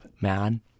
man